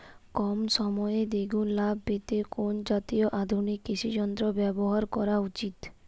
কম সময়ে দুগুন লাভ পেতে কোন জাতীয় আধুনিক কৃষি যন্ত্র ব্যবহার করা উচিৎ?